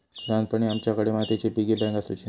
ल्हानपणी आमच्याकडे मातीची पिगी बँक आसुची